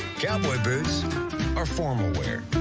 cowboy boots are formalwear.